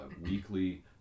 weekly